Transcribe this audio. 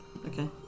Okay